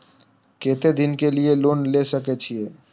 केते दिन के लिए लोन ले सके छिए?